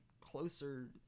closer